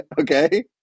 okay